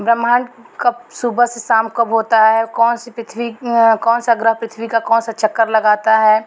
ब्रह्माण्ड कब सुबह से शाम कब होती है कौन सी पृथ्वी कौन सा ग्रह पृथ्वी का कौन सा चक्कर लगाता है